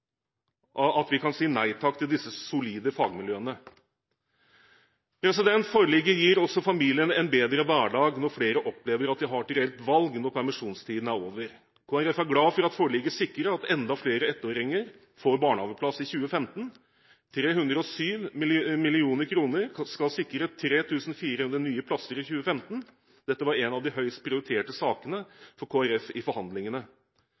har vi ikke, at vi kan si nei takk til disse solide fagmiljøene. Forliket gir også familien en bedre hverdag når flere opplever at de har et reelt valg når permisjonstiden er over. Kristelig Folkeparti er glad for at forliket sikrer at enda flere ettåringer får barnehageplass i 2015. 307 mill. kr skal sikre 3 400 nye plasser i 2015. Dette var en av de høyest prioriterte sakene for Kristelig Folkeparti i forhandlingene.